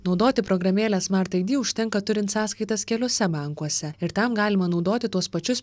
naudoti programėlę smart id užtenka turint sąskaitas keliuose bankuose ir tam galima naudoti tuos pačius